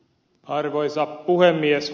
arvoisa puhemies